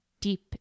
deep